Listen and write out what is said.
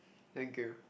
thank you